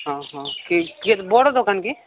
ହଁ ହଁ କି କି ବଡ଼ ଦୋକାନ କି